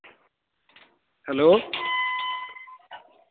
hello